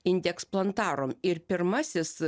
indeks plantarum ir pirmasis